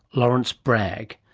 lawrence bragg.